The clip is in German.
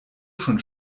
schon